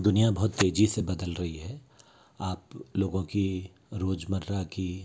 दुनिया बहुत तेज़ि से बदल रही है आप लोगों की रोज़मर्रा की